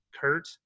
Kurt